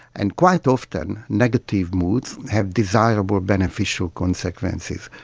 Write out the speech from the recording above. and quite often negative moods have desirable beneficial consequences.